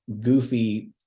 goofy